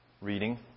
reading